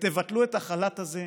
ותבטלו את החל"ת הזה.